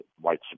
white